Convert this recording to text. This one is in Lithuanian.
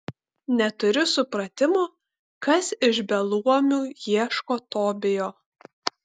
neturiu supratimo kas iš beluomių ieško tobijo